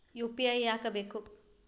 UPI ಯಾಕ್ ಬೇಕು?